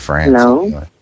Hello